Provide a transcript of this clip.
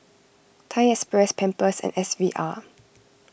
Thai Express Pampers and S V R